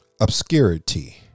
Obscurity